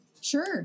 Sure